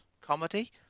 comedy